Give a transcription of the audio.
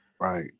Right